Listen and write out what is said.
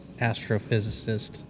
astrophysicist